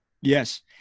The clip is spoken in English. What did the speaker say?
Yes